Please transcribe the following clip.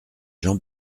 jean